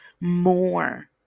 more